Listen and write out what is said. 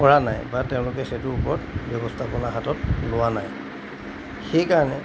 কৰা নাই বা তেওঁলোকে সেইটোৰ ওপৰত ব্যৱস্থাপনা হাতত লোৱা নাই সেইকাৰণে